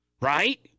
Right